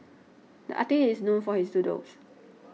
the artist is known for his doodles